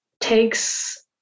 takes